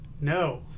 no